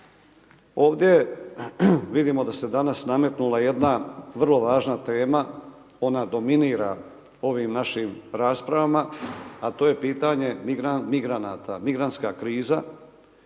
Ovdje vidimo da se danas nametnula jedna vrlo važna tema, ona dominira ovim našim raspravama, a to je pitanje migranata, migrantska kriza